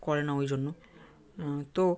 করে না ওই জন্য তো